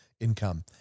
income